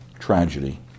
tragedy